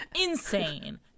insane